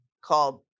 called